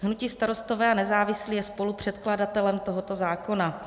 Hnutí Starostové a nezávislí je spolupředkladatelem tohoto zákona.